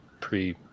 pre